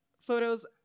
photos